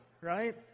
Right